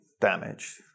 damage